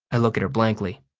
i look at her blankly.